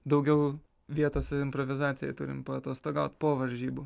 daugiau vietos improvizacijai turim paatostogaut po varžybų